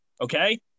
Okay